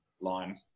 line